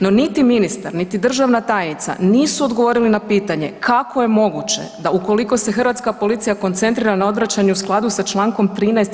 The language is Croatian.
No niti ministar, niti državna tajnica nisu odgovorili na pitanje kako je moguće da ukoliko se Hrvatska policija koncentrira na odvraćanje u skladu sa čl. 13.